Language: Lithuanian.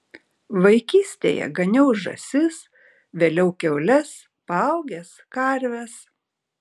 vaikystėje ganiau žąsis vėliau kiaules paaugęs karves